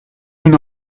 una